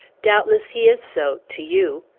doubtless, he is so to you!